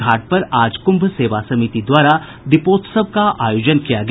घाट पर आज कुंभ सेवा समिति द्वारा दीपोत्सव का आयोजन किया गया